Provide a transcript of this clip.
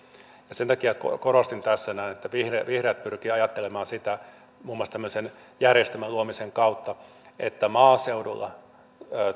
sen takia korostin tässä näin että vihreät pyrkivät ajattelemaan muun muassa tämmöisen järjestelmän luomisen kautta sitä että maaseudulla